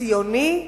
ציוני,